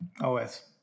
os